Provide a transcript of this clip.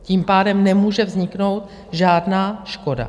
Tím pádem nemůže vzniknout žádná škoda.